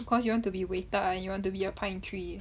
because you want to be 伟大 you want to be a pine tree